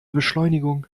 beschleunigung